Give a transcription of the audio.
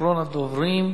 אחרון הדוברים,